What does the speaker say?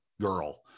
girl